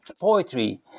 poetry